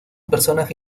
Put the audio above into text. personaje